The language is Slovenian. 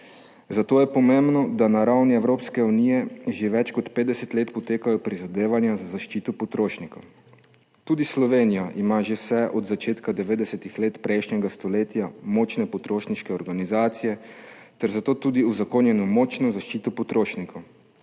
Zato je pomembno, da na ravni Evropske unije že več kot 50 let potekajo prizadevanja za zaščito potrošnika. Tudi Slovenija ima že vse od začetka 90. let prejšnjega stoletja močne potrošniške organizacije ter zato tudi uzakonjeno močno zaščito potrošnikov.